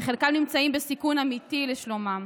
וחלקם נמצאים בסיכון אמיתי לשלומם.